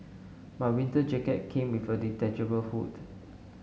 my winter jacket came with a detachable hood